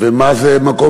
ומה זה מקום